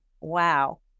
wow